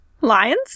Lions